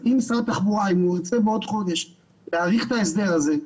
אז אם משרד התחבורה ירצה בעוד חודש להאריך את ההסדר הזה,